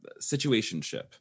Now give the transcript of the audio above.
situationship